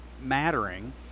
mattering